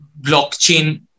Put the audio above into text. blockchain